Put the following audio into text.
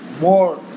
more